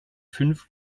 fünf